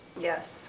Yes